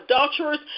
adulterers